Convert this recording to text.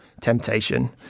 temptation